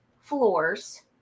floors